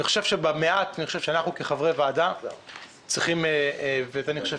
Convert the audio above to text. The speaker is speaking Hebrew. אני חושב שאנחנו כחברי ועדה ואני חושב